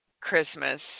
Christmas